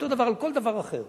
אותו דבר על כל דבר אחר.